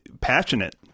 passionate